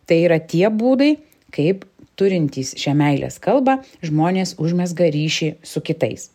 tai yra tie būdai kaip turintys šią meilės kalbą žmonės užmezga ryšį su kitais